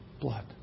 blood